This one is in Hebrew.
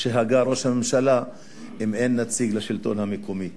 שהגה ראש הממשלה אם אין נציג לשלטון המקומי?